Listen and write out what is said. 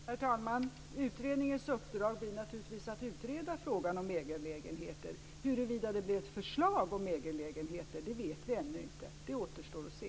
Herr talman! Utredningens uppdrag blir naturligtvis att utreda frågan om ägarlägenheter. Huruvida det blir ett förslag om ägarlägenheter vet vi ännu inte. Det återstår att se.